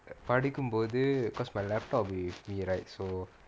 படிக்கும் போது:padikum pothu because my laptop with me right so